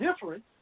different